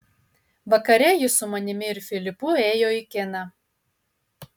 vakare jis su manimi ir filipu ėjo į kiną